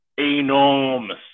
enormous